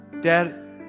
Dad